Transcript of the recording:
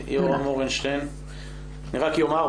אני רק אומר,